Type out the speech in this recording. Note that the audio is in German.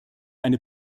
eine